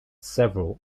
several